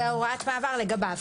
זה הוראת מעבר לגביו.